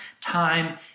time